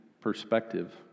perspective